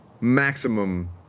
maximum